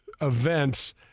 events